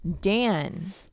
Dan